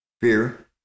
fear